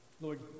Lord